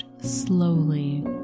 slowly